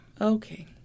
Okay